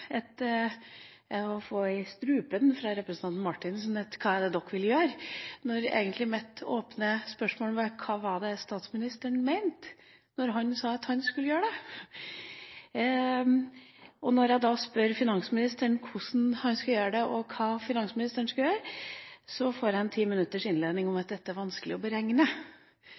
strupen på meg og spør: Hva vil dere gjøre? Mitt åpne spørsmål var jo egentlig: Hva var det statsministeren mente da han sa at han skulle gjøre det? Når jeg da spør finansministeren hvordan han vil gjøre det og hva finansministeren skal gjøre, får jeg en ti minutters innledning om at dette er det vanskelig å beregne.